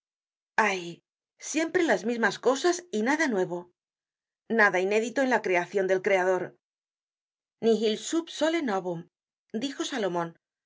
ay siempre las mismas cosas y nada nuevo nada inédito en la creacion del creador nihü sub solé novum dijo salomon